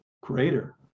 greater